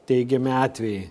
teigiami atvejai